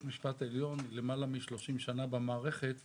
המשפט העליון נמצאת למעלה מ-30 שנה במערכת,